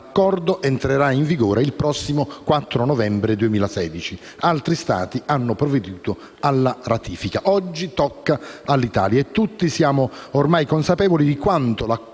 L'Accordo entrerà in vigore il prossimo 4 novembre 2016. Altri Stati hanno provveduto alla sua ratifica. Oggi tocca all'Italia e tutti siamo ormai consapevoli di quanto l'attuazione